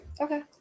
okay